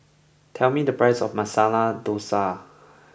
tell me the price of Masala Dosa